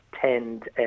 tend